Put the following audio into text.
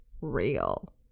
real